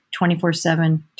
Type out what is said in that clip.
24-7